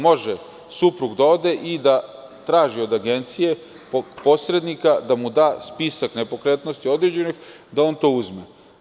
Može suprug da ode i da traži od agencije, posrednika da mu da spisak određenih nepokretnosti, da on to uzme.